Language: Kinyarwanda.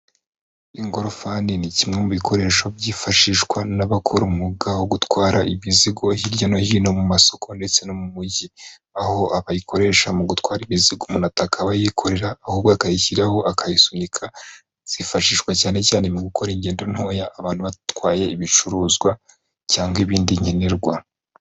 Ingorofani ni kimwe mu bikoresho byifashishwa n'abakora umwuga wo gutwara imizigo hirya no hino mu masoko ndetse no mu mujyi aho bayikoresha mu gutwara imiziga umuntu ata akabayikorera ahubwo akayishyiraho akayisunika zifashishwa cyane cyane mu gukora ingendo ntoya abantu batwaye ibicuruzwa cyangwa ibindi nkenerwa.